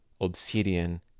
Obsidian